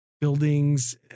buildings